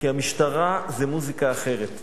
כי המשטרה זה מוזיקה אחרת.